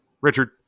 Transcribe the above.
Richard